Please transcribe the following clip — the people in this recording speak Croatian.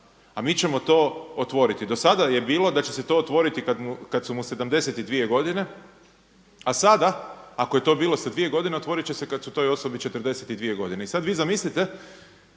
A mi ćemo to otvoriti. Do sada je bilo da će se to otvoriti kada su mu 72 godine, a sada ako je to bilo 72 godine, otvorit će se kada su toj osobi 42 godine. I sada vi zamislite